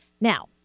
Now